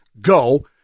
go